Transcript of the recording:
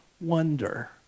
wonder